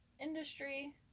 industry